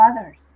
others